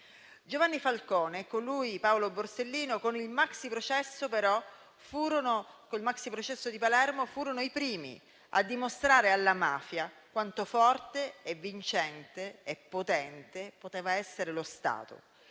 Giovanni Falcone e con lui Paolo Borsellino con il maxiprocesso di Palermo però furono i primi a dimostrare alla mafia quanto forte, vincente e potente poteva essere lo Stato.